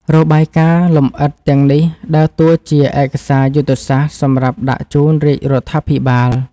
របាយការណ៍លម្អិតទាំងនេះដើរតួជាឯកសារយុទ្ធសាស្ត្រសម្រាប់ដាក់ជូនរាជរដ្ឋាភិបាល។